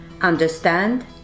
understand